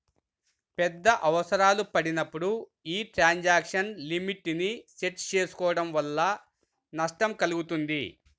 పెద్ద అవసరాలు పడినప్పుడు యీ ట్రాన్సాక్షన్ లిమిట్ ని సెట్ చేసుకోడం వల్ల నష్టం కల్గుతుంది